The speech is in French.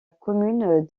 commune